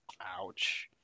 Ouch